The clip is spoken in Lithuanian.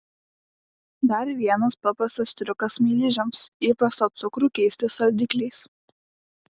dar vienas paprastas triukas smaližiams įprastą cukrų keisti saldikliais